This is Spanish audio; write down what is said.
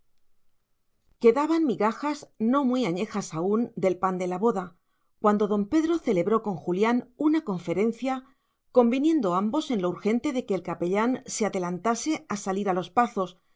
quedaban migajas no muy añejas aún del pan de la boda cuando don pedro celebró con julián una conferencia conviniendo ambos en lo urgente de que el capellán se adelantase a salir a los pazos